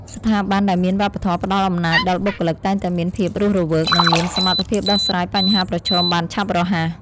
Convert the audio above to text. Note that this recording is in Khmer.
ស្ថាប័នដែលមានវប្បធម៌ផ្តល់អំណាចដល់បុគ្គលិកតែងតែមានភាពរស់រវើក និងមានសមត្ថភាពដោះស្រាយបញ្ហាប្រឈមបានឆាប់រហ័ស។